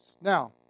Now